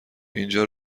اینجا